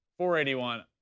481